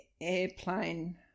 airplane